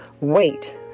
Wait